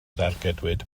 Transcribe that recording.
dargedwyd